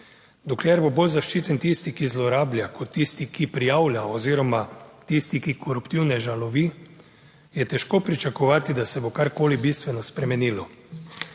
Dokler bo bolj zaščiten tisti, ki zlorablja, kot tisti, ki prijavlja oziroma tisti, ki koruptivneža lovi, je težko pričakovati, da se bo karkoli bistveno spremenilo.